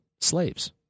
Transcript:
Slaves